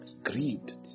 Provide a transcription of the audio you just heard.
grieved